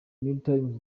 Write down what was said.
newtimes